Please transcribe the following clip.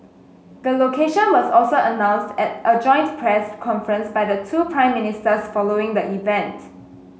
the location was also announced at a joint press conference by the two Prime Ministers following the event